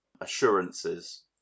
assurances